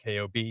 KOB